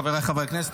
חבריי חברי הכנסת,